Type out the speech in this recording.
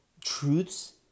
truths